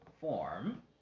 form